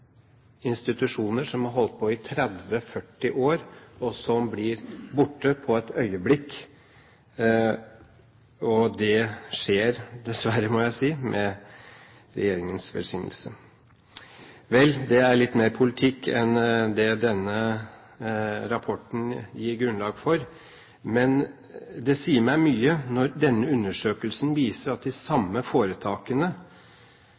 institusjoner som har holdt på i 30–40 år, og som blir borte på et øyeblikk. Og det skjer, dessverre, må jeg si, med regjeringens velsignelse. Dette er litt mer politikk enn det denne rapporten gir grunnlag for, men det sier meg mye når denne undersøkelsen viser at de